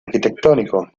arquitectónico